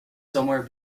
somewhere